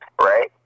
right